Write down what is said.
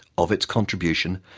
of its contribution,